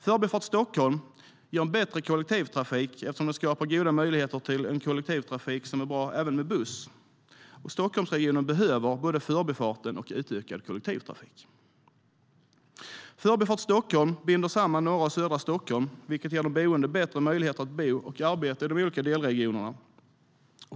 Förbifart Stockholm ger en bättre kollektivtrafik, eftersom goda möjligheter skapas för en kollektivtrafik som är bra även med buss. Stockholmsregionen behöver både Förbifarten och utökad kollektivtrafik. Förbifart Stockholm binder samman norra och södra Stockholm, vilket ger de boende bättre möjligheter att bo och arbeta i de olika delregionerna.